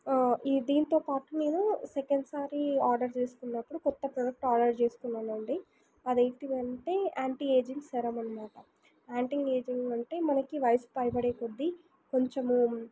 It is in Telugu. ఈ దీంతో పాటు నేను సెకండ్ సారి ఆర్డర్ చేసుకున్నప్పుడు కొత్త ప్రోడక్ట్ ఆర్డర్ చేసుకున్నానండి అదేంటిదంటే యాంటీ ఏజింగ్ సీరమనమాట యాంటీ ఏజింగ్ అంటే మనకి వయసు భయపడే కొద్ది కొంచెము